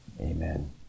Amen